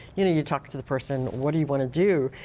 you know you talk to the person, what do you want to do?